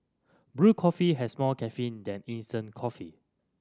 brewed coffee has more caffeine than instant coffee